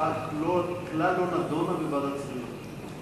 ההצעה כלל לא נדונה בוועדת השרים לחקיקה.